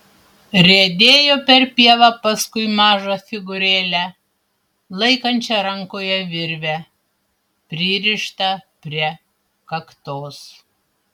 riedėjo per pievą paskui mažą figūrėlę laikančią rankoje virvę pririštą prie kaktos